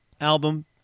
album